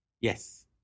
Yes